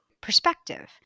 perspective